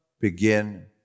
begin